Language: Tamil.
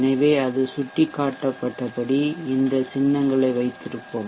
எனவே சுட்டிக்காட்டப்பட்டபடி இந்த சின்னங்களை வைத்திருப்போம்